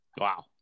Wow